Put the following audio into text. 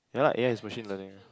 yeah lah a_i is machine learning